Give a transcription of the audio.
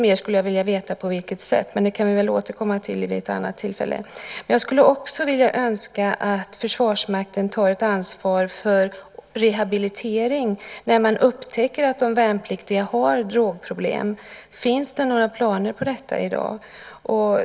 Jag skulle vilja veta lite mer om på vilket sätt, men det kan vi väl återkomma till vid ett annat tillfälle. Jag skulle också önska att Försvarsmakten tar ett ansvar för rehabilitering när man upptäcker att värnpliktiga har drogproblem. Finns det några sådana planer i dag?